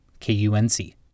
KUNC